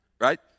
right